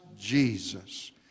Jesus